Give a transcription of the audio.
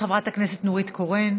חברת הכנסת נורית קורן,